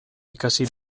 ikasi